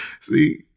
See